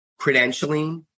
credentialing